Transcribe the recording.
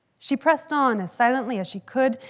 she pressed on as silently as she could.